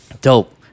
Dope